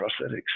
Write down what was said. prosthetics